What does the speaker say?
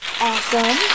Awesome